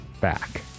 back